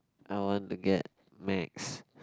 I want to get macs